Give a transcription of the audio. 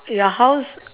your house